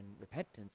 repentance